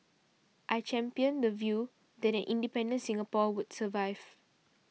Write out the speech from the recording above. I championed the view that an independent Singapore would survive